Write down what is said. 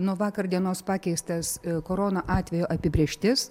nuo vakar dienos pakeistas korona atvejo apibrėžtis